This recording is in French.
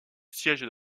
siège